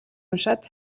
уншаад